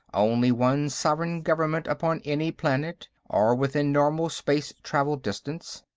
only one sovereign government upon any planet, or within normal-space travel distance.